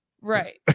Right